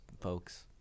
folks